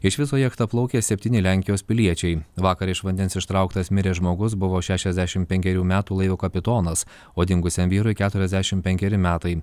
iš viso jachta plaukė septyni lenkijos piliečiai vakar iš vandens ištrauktas miręs žmogus buvo šešiasdešimt penkerių metų laivo kapitonas o dingusiam vyrui keturiasdešimt penkeri metai